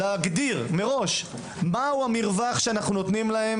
להגדיר מראש מה המרווח שאנחנו נותנים להם